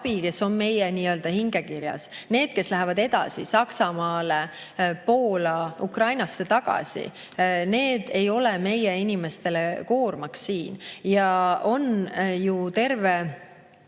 kes on meie nii-öelda hingekirjas. Need, kes lähevad edasi Saksamaale, Poola, Ukrainasse tagasi – need ei ole meie inimestele siin koormaks. Ja on ju terve